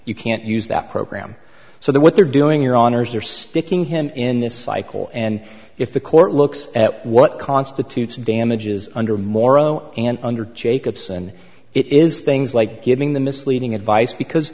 you can't use that program so that what they're doing your honors you're sticking him in this cycle and if the court looks at what constitutes damages under morrow and under jacobson it is things like giving the misleading advice because